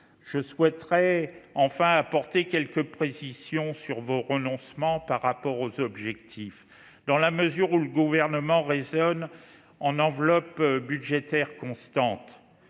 Je souhaite enfin apporter quelques précisions sur vos renoncements par rapport aux objectifs fixés, dans la mesure où le Gouvernement raisonne à enveloppe budgétaire constante.